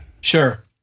Sure